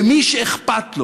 מי שאכפת לו